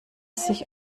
sich